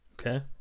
Okay